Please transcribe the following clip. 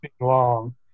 long